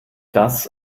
das